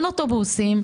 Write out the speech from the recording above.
אין אוטובוסים,